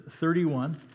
31